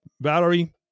Valerie